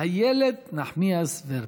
איילת נחמיאס ורבין.